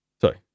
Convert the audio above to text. Sorry